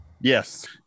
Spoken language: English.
Yes